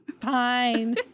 Fine